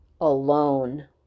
Alone